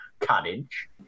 cottage